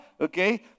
Okay